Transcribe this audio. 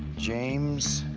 james